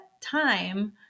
time